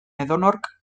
edonork